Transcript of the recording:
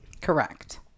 correct